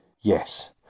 Yes